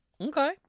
Okay